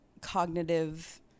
cognitive